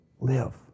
live